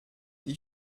die